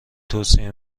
توصیه